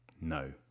No